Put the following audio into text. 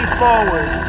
forward